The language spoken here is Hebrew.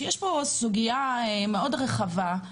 שיש פה סוגיה מאוד רחבה,